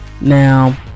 now